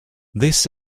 this